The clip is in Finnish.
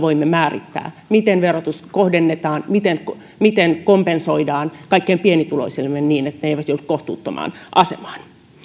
jotka voivat määrittää miten verotus kohdennetaan miten miten kompensoidaan kaikkein pienituloisimmille niin että he eivät joudu kohtuuttomaan asemaan